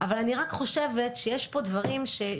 אבל אני רק חושבת שבסוף יש פה דברים שבסוף